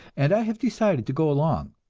and i have decided to go along.